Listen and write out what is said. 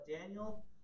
Daniel